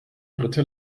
dritte